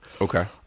Okay